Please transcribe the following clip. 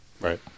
Right